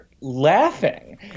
laughing